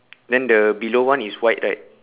then the below one is white right